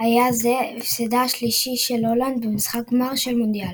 היה זה הפסדה השלישי של הולנד במשחק הגמר של המונדיאל.